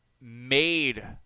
made